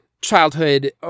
childhood